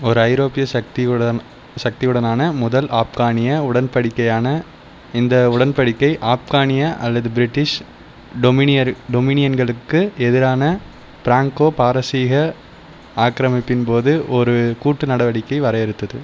ஒரு ஐரோப்பிய சக்தியுடன் சக்தியுடனான முதல் ஆப்கானிய உடன்படிக்கையான இந்த உடன்படிக்கை ஆப்கானிய அல்லது பிரிட்டிஷ் டொமினியர் டொமினியன்களுக்கு எதிரான பிராங்கோ பாரசீக ஆக்கிரமிப்பின் போது ஒரு கூட்டு நடவடிக்கை வரையறுத்தது